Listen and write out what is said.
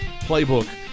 Playbook